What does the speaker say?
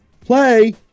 Play